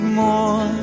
more